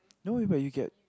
no wait but you get